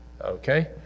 okay